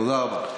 תודה רבה.